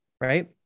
Right